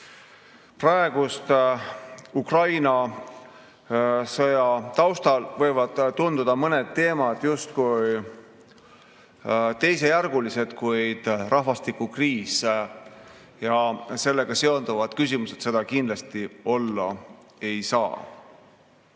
praeguse Ukraina sõja taustal võivad tunduda mõned teemad justkui teisejärgulised, kuid rahvastikukriis ja sellega seonduvad küsimused seda kindlasti olla ei saa.